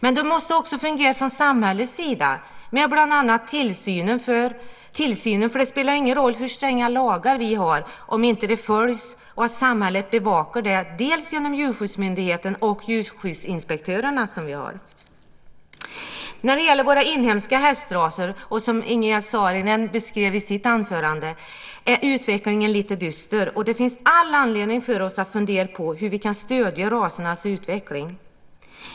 Men det måste också fungera från samhällets sida med bland annat tillsynen. Det spelar ingen roll hur stränga lagar vi har om de inte följs och samhället bevakar det genom Djurskyddsmyndigheten och djurskyddsinspektörerna. När det gäller våra inhemska hästraser - som Ingegerd Saarinen beskrev i sitt anförande - är utvecklingen lite dyster. Det finns all anledning för oss att fundera på hur vi kan stödja rasernas utveckling.